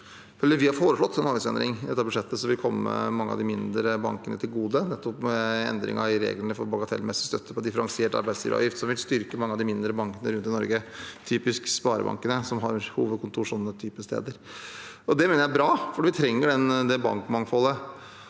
Vi har også foreslått en avgiftsendring i dette budsjettet som vil komme mange av de mindre bankene til gode, med endringen i reglene for bagatellmessig støtte på differensiert arbeidsgiveravgift, som vil styrke mange av de mindre bankene rundt i Norge, typisk sparebankene, som har hovedkontor sånne typer steder. Det mener jeg er bra, for vi trenger det bankmangfoldet.